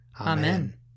Amen